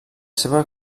seva